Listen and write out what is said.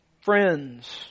friends